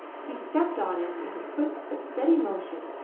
he stepped on it with a quick but steady motion,